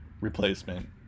replacement